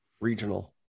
regional